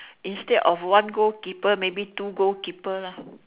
instead of one goal keeper maybe two goal keeper lah